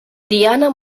diana